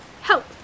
Help